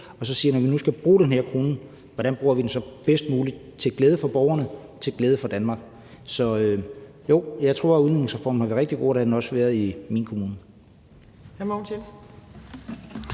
og siger: Når vi nu skal bruge den her krone, hvordan bruger vi den så bedst muligt til glæde for borgerne, til glæde for Danmark? Så jo, jeg tror, at udligningsreformen har været rigtig god, og det har den også været i min kommune.